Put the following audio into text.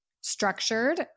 structured